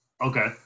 Okay